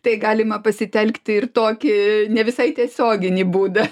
tai galima pasitelkti ir tokį ne visai tiesioginį būdą